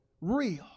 real